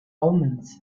omens